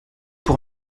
pour